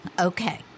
Okay